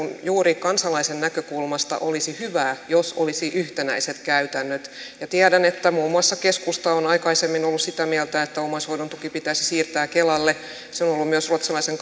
juuri kansalaisen näkökulmasta olisi hyvä jos olisi yhtenäiset käytännöt tiedän että muun muassa keskusta on aikaisemmin ollut sitä mieltä että omaishoidon tuki pitäisi siirtää kelalle se on ollut myös ruotsalaisen